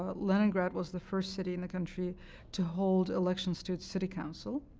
ah leningrad was the first city in the country to hold elections to its city council.